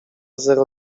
zero